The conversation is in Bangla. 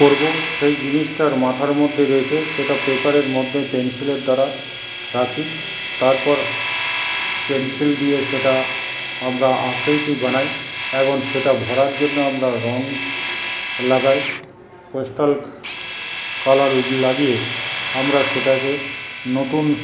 করবো সেই জিনিসটার মাথার মধ্যে রেখে সেটা পেপারের মধ্যে পেন্সিলের দ্বারা রাখি তারপর পেন্সিল দিয়ে সেটা আমরা আকৃতি বানাই এবং সেটা ভরার জন্য আমরা রঙ লাগাই প্যাস্টেল কালার লাগিয়ে আমরা সেটাকে নতুন